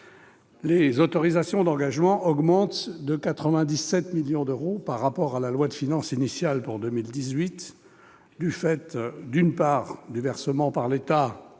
Les autorisations d'engagement augmentent de 97 millions d'euros par rapport à la loi de finances initiale pour 2018, du fait, d'une part, du versement par l'État